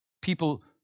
People